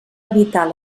evitar